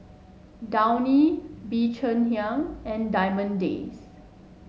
Downy Bee Cheng Hiang and Diamond Days